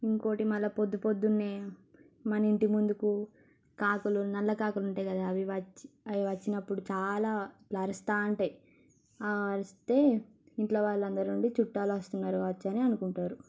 ఇంకోటి మల్ల పొద్దుపొద్దునె మన ఇంటి ముందుకు కాకులు నల్ల కాకులు ఉంటాయి కదా అవి వచ్చి అవి వచ్చినప్పుడు చాలా అరుస్తా ఉంటాయి ఆరుస్తే ఇంట్లో వాళ్ళందరూ వుండి చుట్టాలు వస్తున్నారు అని అనుకుంటారు